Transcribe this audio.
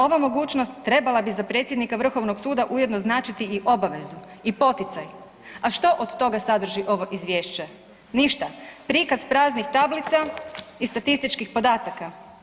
Ova mogućnost trebala bi za predsjednika Vrhovnog suda ujedno značiti i obavezu i poticaj, a što od toga sadrži ovo izvješće, ništa, prikaz praznih tablica i statističkih podataka.